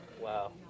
wow